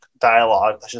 dialogue